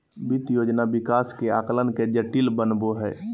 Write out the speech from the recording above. वित्त योजना विकास के आकलन के जटिल बनबो हइ